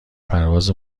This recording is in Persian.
پرواز